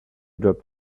dropped